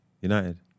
United